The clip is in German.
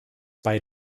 bei